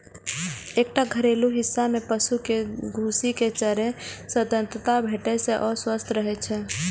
एकटा घेरल हिस्सा मे पशु कें घूमि कें चरै के स्वतंत्रता भेटै से ओ स्वस्थ रहै छै